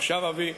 אמרתי,